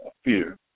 fear